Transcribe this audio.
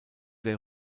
der